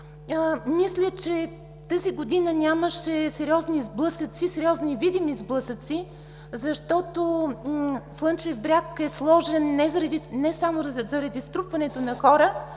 Мисля, че тази година нямаше сериозни видими сблъсъци, защото „Слънчев бряг“ е сложен не само заради струпването на хора,